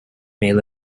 male